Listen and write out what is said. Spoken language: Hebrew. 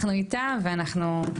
אנחנו איתה ואנחנו מחזקות.